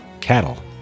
cattle